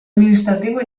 administratiu